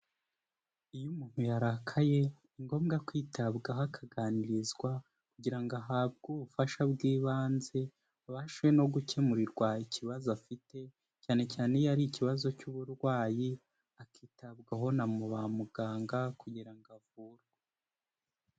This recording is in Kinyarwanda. Iyo umuntu yarakaye, ni ngombwa kwitabwaho akaganirizwa, kugira ngo ahabwe ubufasha bw'ibanze, abashe no gukemurirwa ikibazo afite, cyane cyane iyo ari ikibazo cy'uburwayi, akitabwaho namu ba muganga kugira ngo avurwe.